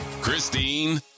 Christine